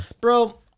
bro